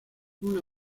una